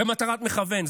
במטרת מכוון.